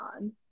on